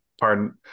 pardon